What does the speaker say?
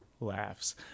laughs